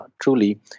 truly